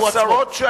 הוא עצמו.